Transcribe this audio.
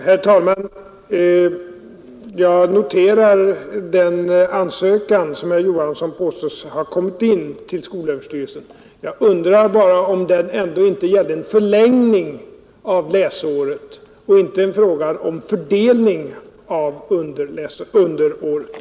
Herr talman! Jag noterar den ansökan som herr Johansson påstår har kommit in till skolöverstyrelsen. Jag undrar bara om den ändå inte gällde en förlängning av läsåret och inte fördelningen av undervisningen under året.